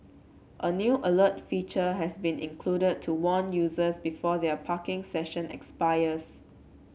a new alert feature has been included to warn users before their parking session expires